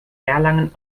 erlangen